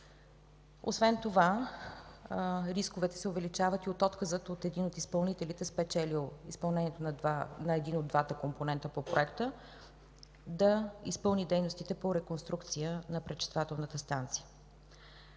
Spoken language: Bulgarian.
Освен това, рисковете се увеличават и от отказа на един от изпълнителите, спечелил изпълнението на един от двата компонента по проекта – да изпълни дейностите по реконструкция на пречиствателната станция.